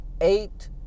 eight